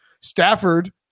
Stafford